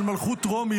על מלכות רומי,